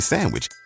Sandwich